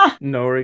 no